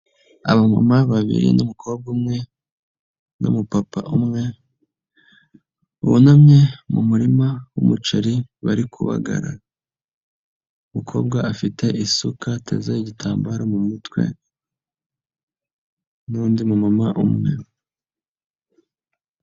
Aba mama babiri n'umukobwa umwe n'umupapa umwe, bunamye mu murima w'umuceri bari kubagara, umukobwa afite isuka ateze igitambaro mu mutwe n'undi mu mama umwe.